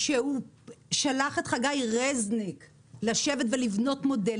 שהוא שלח את חגי רזניק לשבת ולבנות מודל,